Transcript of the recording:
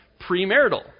premarital